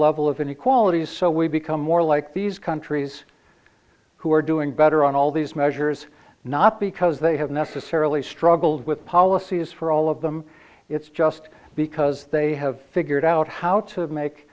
level of inequalities so we become more like these countries who are doing better on all these measures not because they have necessarily struggled with policies for all of them it's just because they have figured out how to make